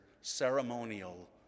ceremonial